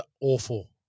awful